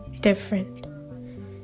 different